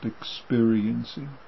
experiencing